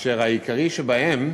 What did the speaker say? אשר העיקרי שבהם